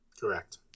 Correct